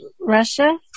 Russia